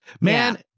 Man